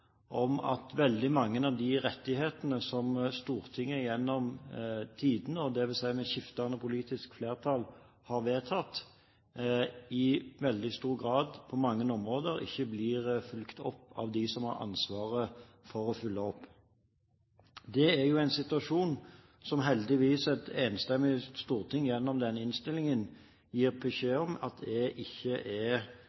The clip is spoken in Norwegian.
om at veldig mange av de rettighetene som Stortinget gjennom tidene – dvs. med skiftende politisk flertall – har vedtatt, i veldig stor grad på mange områder ikke blir fulgt opp av de som har ansvaret for å følge opp. Det er en situasjon som heldigvis et enstemmig storting gjennom denne innstillingen gir beskjed